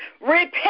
Repent